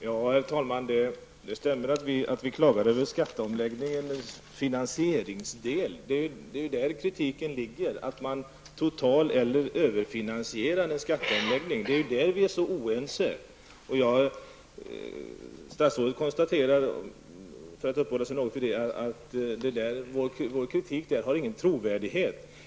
Herr talman! Det stämmer att vi klagar över skatteomläggningens finansieringsdel. Kritiken riktas mot att man total eller överfinansierar en skatteomläggning. På denna punkt är vi oense. Statsrådet konstaterar att vår kritik inte har någon trovärdighet.